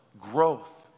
growth